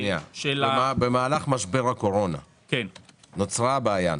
במהלך משבר הקורונה נוצרה בעיה.